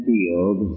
Field